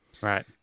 Right